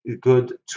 good